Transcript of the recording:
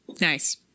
Nice